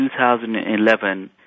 2011